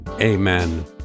amen